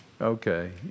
Okay